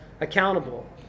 accountable